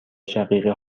شقیقه